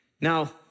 Now